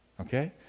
Okay